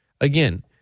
again